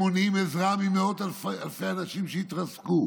מונעים עזרה ממאות אלפי אנשים שהתרסקו.